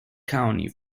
county